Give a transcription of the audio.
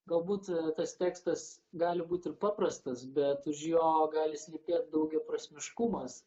galbūt tas tekstas gali būti ir paprastas bet už jo gali slypėt daugiaprasmiškumas